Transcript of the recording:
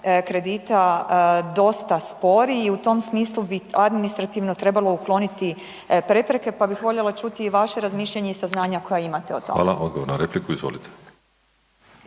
kredita dosta spori i u tom smislu bi administrativno trebalo ukloniti prepreke pa bih voljela čuti i vaše razmišljanje i saznanja koja imate o tome. **Škoro, Miroslav (DP)** Hvala, odgovor na repliku, izvolite.